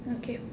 okay